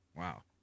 Wow